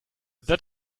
that